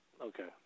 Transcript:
Okay